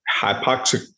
hypoxic